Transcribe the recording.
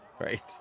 Right